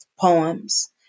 Poems